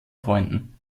freunden